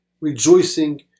rejoicing